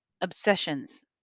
obsessions